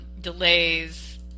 delays